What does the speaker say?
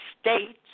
States